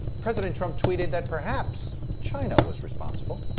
president trump tweeted that perhaps china was responsible.